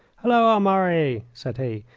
halloa, murray! said he.